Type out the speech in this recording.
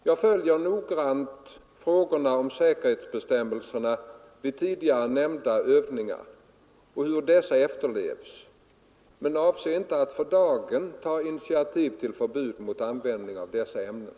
Jag följer noggrant frågorna om säkerhetsbestämmelserna vid tidigare nämnda övningar och hur dessa efterlevs men avser inte att för dagen ta initiativ till förbud mot användning av dessa ämnen.